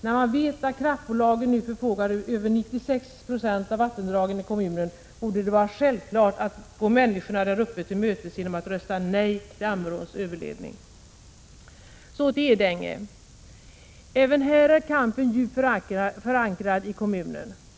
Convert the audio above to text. När man vet att kraftbolagen nu förfogar över 96 96 av vattendragen i kommunen borde det vara självklart att gå människorna där uppe till mötes genom att rösta nej till Ammeråns överledning. Så till Edänge. Även här är kampen djupt förankrad i kommunen.